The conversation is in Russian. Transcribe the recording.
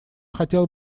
хотел